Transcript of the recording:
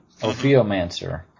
Ophiomancer